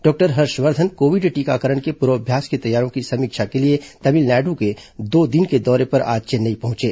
doctor Harshvardhan Covid टीकाकरण के पूर्वाभ्यास की तैयारियों की समीक्षा के लिए तमिलनाडु के दो दिन के दौरे पर आज चेन्नई पहुंचे